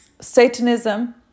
satanism